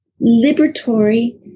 liberatory